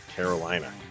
Carolina